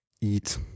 eat